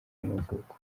y’amavuko